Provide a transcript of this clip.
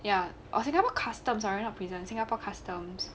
ya or singapore customs are not prison singapore customs